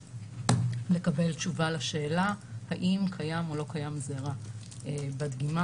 לקבל תשובה לשאלה אם קיים או לא קיים זרע בדגימה.